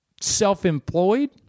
self-employed